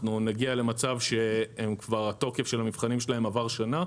אנחנו נגיע למצב שהתוקף של המבחנים שלהם כבר עבר שנה,